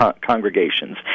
congregations